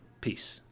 Peace